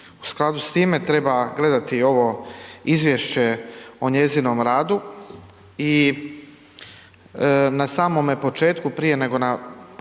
U skladu s time treba gledati ovo izvješće o njezinom radu i na samome početku prije nego